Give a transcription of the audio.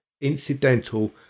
incidental